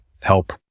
help